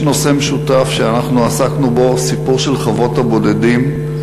יש נושא משותף שאנחנו עסקנו בו: הסיפור של חווֹת הבודדים.